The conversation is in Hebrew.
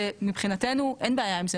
זה מבחינתנו, אין בעיה עם זה.